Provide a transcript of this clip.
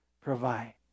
provide